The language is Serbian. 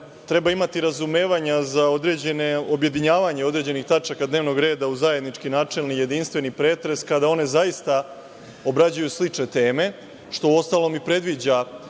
treba imati razumevanja za objedinjavanje određenih tačaka dnevnog reda u zajednički, načelni jedinstveni pretres kada one zaista obrađuju slične teme, što uostalom i predviđa